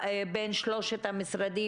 מהאחריות בטיפול בנושא בריאות הנפש.